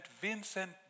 Vincent